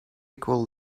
equal